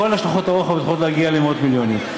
כל השלכות הרוחב יכולות להגיע למאות מיליונים.